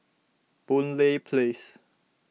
Boon Lay Place